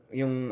yung